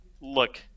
look